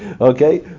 Okay